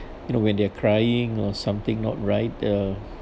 you know when they're crying or something not right uh